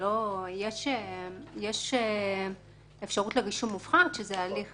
יש אפשרות לרישום מופחת, שזה הליך